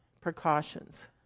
precautions